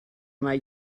mai